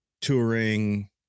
touring